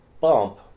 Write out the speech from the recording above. bump